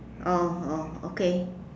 orh orh okay